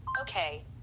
Okay